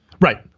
Right